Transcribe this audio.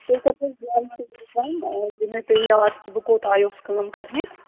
تُہۍ کٔرۍزیٚو مےٚ پیٚہِ یاد کہِ بہٕ کوٚت آیوس کٲم کَرنہِ